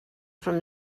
from